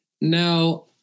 Now